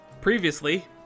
previously